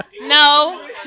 no